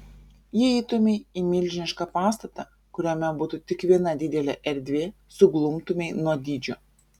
jei įeitumei į milžinišką pastatą kuriame būtų tik viena didelė erdvė suglumtumei nuo dydžio